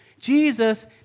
Jesus